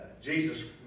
Jesus